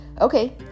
Okay